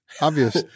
obvious